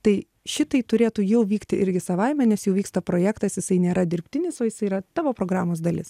tai šitai turėtų jau vykti irgi savaime nes jau vyksta projektas jisai nėra dirbtinis o jisai yra tavo programos dalis